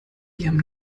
ihrem